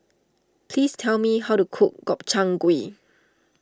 please tell me how to cook Gobchang Gui